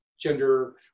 gender